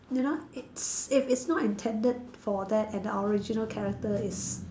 you know it's if it's not intended for that and the original character is